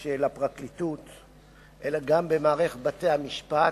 של הפרקליטות אלא גם במערך בתי-המשפט,